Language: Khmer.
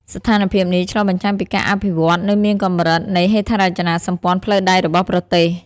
ស្ថានភាពនេះឆ្លុះបញ្ចាំងពីការអភិវឌ្ឍនៅមានកម្រិតនៃហេដ្ឋារចនាសម្ព័ន្ធផ្លូវដែករបស់ប្រទេស។